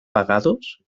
pagados